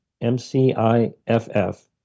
M-C-I-F-F